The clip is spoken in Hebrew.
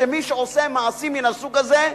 שמי שעושה מעשים מהסוג הזה,